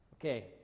Okay